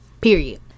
Period